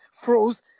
froze